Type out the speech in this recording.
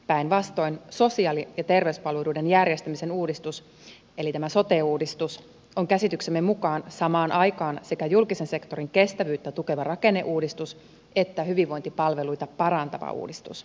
päinvastoin sosiaali ja terveyspalveluiden järjestämisen uudistus eli tämä sote uudistus on käsityksemme mukaan samaan aikaan sekä julkisen sektorin kestävyyttä tukeva rakenneuudistus että hyvinvointipalveluita parantava uudistus